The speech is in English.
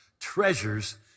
treasures